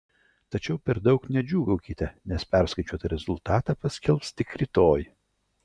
tačiau per daug nedžiūgaukite nes perskaičiuotą rezultatą paskelbs tik rytoj